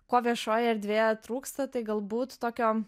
kuo viešojoje erdvėje trūksta tai galbūt tokio